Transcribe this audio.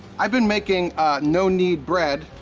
i've been making no-knead bread,